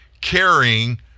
carrying